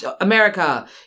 America